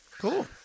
cool